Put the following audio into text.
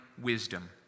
wisdom